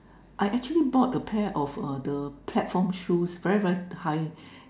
I actually bought a pair of err the platform shoes very very high